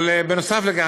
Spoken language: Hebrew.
בנוסף לכך,